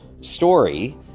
story